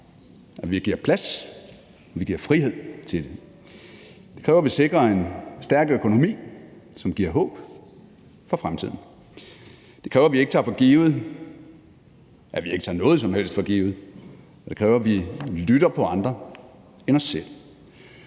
at vi giver plads og vi giver frihed til det. Det kræver, at vi sikrer en stærk økonomi, som giver håb for fremtiden. Det kræver, at vi ikke tager noget for givet, at vi ikke tager noget som helst for givet, og det kræver, at vi lytter til andre end os selv,